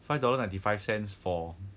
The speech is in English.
five dollar ninety five cents for